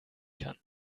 kann